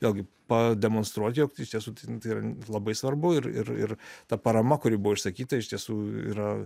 vėlgi pademonstruoti jog iš tiesų tai yra labai svarbu ir ir ir ta parama kuri buvo išsakyta iš tiesų yra